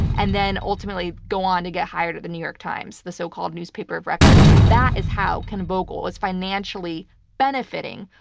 and then ultimately go on to get hired at the new york times, the so-called newspaper of record. that is how ken vogel is financially benefiting,